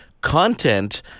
content